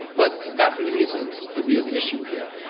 but that really isn't the real issue here.